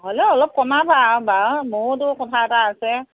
হ'লেও অলপ কমাবা আৰু বাৰু মোৰোতো কথা এটা আছে